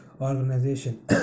organization